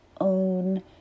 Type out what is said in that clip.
own